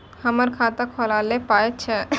हमर खाता खौलैक पाय छै